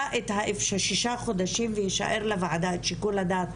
שישה חודשים ויישאר לוועדה את שיקול הדעת,